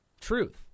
Truth